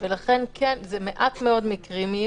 זה מעט מאוד מקרים,